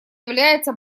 является